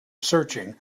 searching